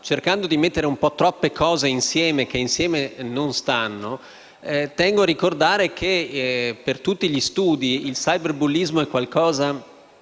cercando di mettere insieme un po' troppe cose che insieme non stanno, tengo a ricordare che per tutti gli studi il cyberbullismo è un